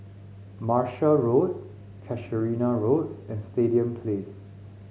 Martia Road Casuarina Road and Stadium Place